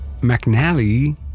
McNally